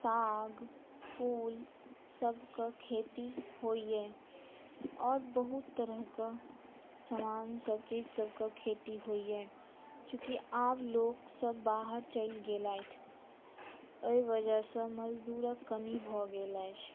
साग फुल सभक खेती होइया आओर बहुत तरहक समान सभ चीज सभक खेती होइया चुँकि आब लोकसभ बाहर चलि गेलथि एहि वजहसँ मजदूरक कमी भऽ गेल अछि